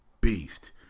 beast